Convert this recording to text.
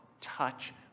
touch